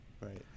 Right